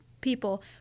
people